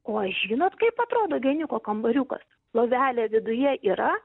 o ar žinot kaip atrodo geniuko kambariukas lovelė viduje yra